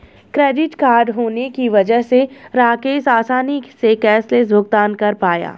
credit card होने की वजह से राकेश आसानी से कैशलैस भुगतान कर पाया